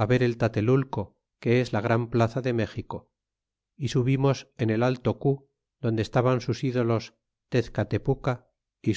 á ver el tatelulco que es la gran plaza de méxico y subimos en el alto cu donde estaban sus ídolos tezcatepuca y